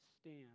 stand